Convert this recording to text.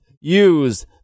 use